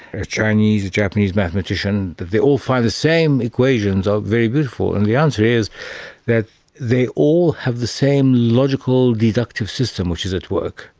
a chinese, a japanese mathematician, that they all find the same equations are very beautiful. and the answer is that they they all have the same logical deductive system which is at work,